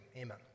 Amen